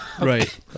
right